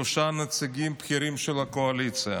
שלושה נציגים בכירים של הקואליציה.